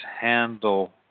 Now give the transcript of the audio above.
handle